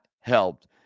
helped